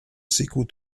sékou